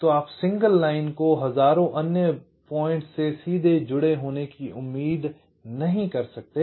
तो आप single line को हज़ारों अन्य बिंदुओं से सीधे जुड़े होने की उम्मीद नहीं कर सकते